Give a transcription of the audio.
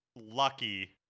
lucky